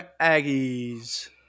Aggies